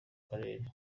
karere